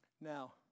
now